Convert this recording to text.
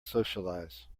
socialize